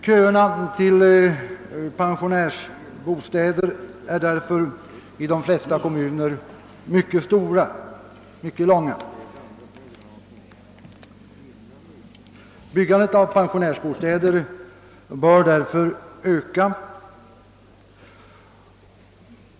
Köerna av dem som söker moderna pensionärsbostäder är därför i de flesta kommuner mycket långa. Byggandet av pensionärsbostäder bör sålunda ökas.